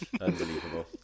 Unbelievable